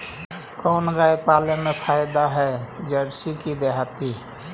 कोन गाय पाले मे फायदा है जरसी कि देहाती?